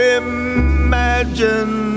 imagine